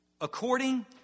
According